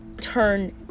turn